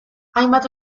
hainbat